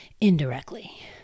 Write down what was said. indirectly